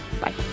Bye